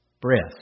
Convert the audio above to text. breath